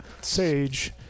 Sage